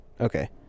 Okay